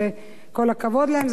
וכל הכבוד להם.